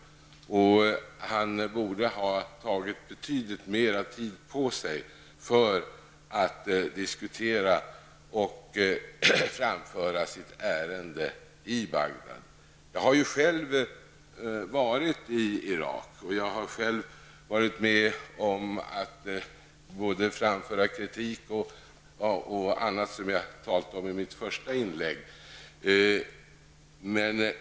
Han borde ha tagit mer tid på sig för att diskutera och framföra sitt ärende i Bagdad. Jag har själv varit i Irak och har själv varit med om att både framföra kritik och göra annat, vilket jag talade om i mitt första inlägg.